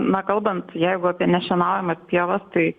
na kalbant jeigu apie nešienaujamas pievas tai